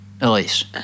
Elise